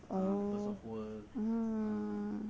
oh mm